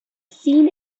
seen